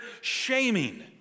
shaming